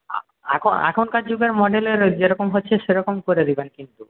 এখন এখনকার যুগের মডেলের যেরকম হচ্ছে সেরকম করে দেবেন কিন্তু